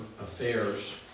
affairs